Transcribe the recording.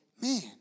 man